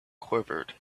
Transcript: quivered